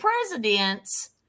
presidents